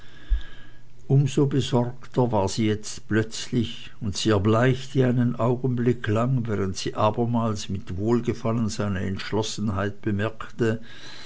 so besorgter war sie jetzt plötzlich und sie erbleichte einen augenblick lang während sie abermals mit wohlgefallen seine entschlossenheit bemerkte